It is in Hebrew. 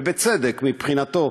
ובצדק מבחינתו,